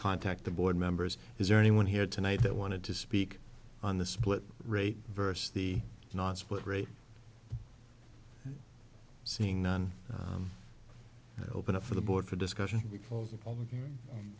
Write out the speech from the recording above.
contact the board members is there anyone here tonight that wanted to speak on the split rate versus the nonsupport rate seeing on the open up for the board for discussion